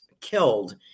killed